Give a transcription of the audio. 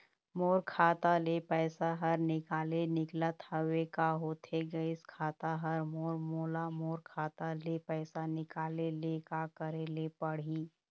मोर खाता ले पैसा हर निकाले निकलत हवे, का होथे गइस खाता हर मोर, मोला मोर खाता ले पैसा निकाले ले का करे ले पड़ही?